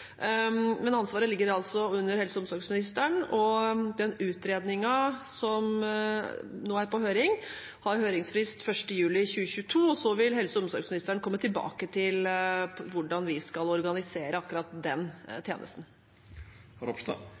Men ansvaret ligger altså under helse- og omsorgsministeren. Den utredningen som nå er på høring, har høringsfrist 1. juli 2022, og så vil helse- og omsorgsministeren komme tilbake til hvordan vi skal organisere akkurat den tjenesten.